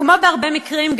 כמו בהרבה מקרים,